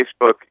Facebook